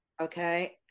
okay